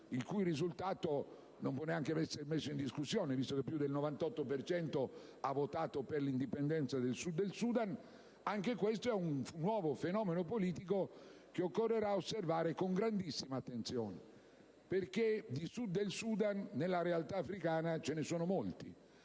il cui risultato non può neanche essere messo in discussione, visto che più del 98 per cento ha votato per l'indipendenza del Sud Sudan. Anche questo è un nuovo fenomeno politico che occorrerà osservare con grandissima attenzione: infatti, di Sud del Sudan nella realtà africana ce ne sono molti,